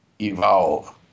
evolve